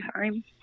time